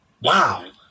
Wow